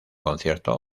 concierto